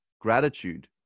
gratitude